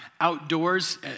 outdoors